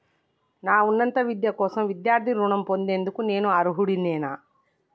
నా ఉన్నత విద్య కోసం విద్యార్థి రుణం పొందేందుకు నేను అర్హుడినేనా?